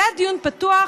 זה היה דיון פתוח,